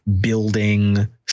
building